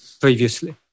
previously